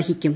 വഹിക്കും